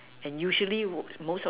and usually most of